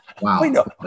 Wow